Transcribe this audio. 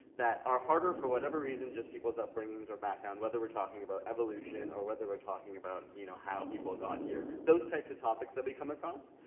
that are harder for whatever reason, just people's upbringings or background, whether we're talking about evolution or whether we're talking about you know how people got here. those types of topics that we come across.